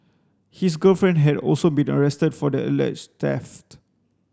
his girlfriend had also been arrested for the alleged theft